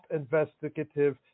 investigative